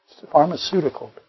pharmaceutical